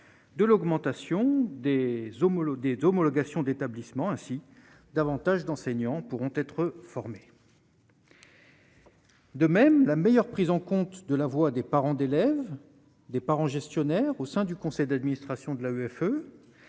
de l'augmentation des homologué d'homologation d'établissements ainsi davantage d'enseignants pourront être formés. De même la meilleure prise en compte de la voix des parents d'élèves, des parents gestionnaire au sein du conseil d'administration de la EFE